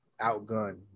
outgunned